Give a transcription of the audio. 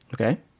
Okay